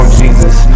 jesus